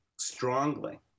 Strongly